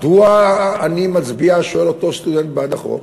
מדוע אני מצביע, שואל אותו סטודנט, בעד החוק?